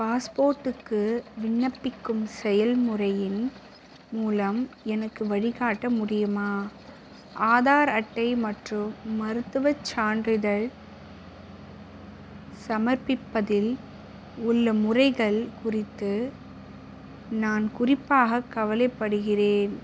பாஸ்போர்ட்டுக்கு விண்ணப்பிக்கும் செயல்முறையின் மூலம் எனக்கு வழிகாட்ட முடியுமா ஆதார் அட்டை மற்றும் மருத்துவச் சான்றிதழ் சமர்ப்பிப்பதில் உள்ள முறைகள் குறித்து நான் குறிப்பாக கவலைப்படுகிறேன்